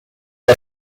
was